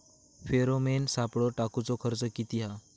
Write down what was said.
Pheromone सापळे टाकूचो खर्च किती हा?